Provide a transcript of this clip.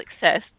success